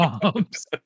bombs